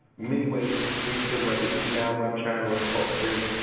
many ways to reach them whether email, web chat, or toll free.